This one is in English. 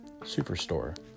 Superstore